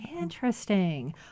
Interesting